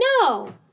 No